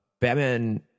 Batman